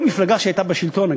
כל מפלגה שהייתה בשלטון,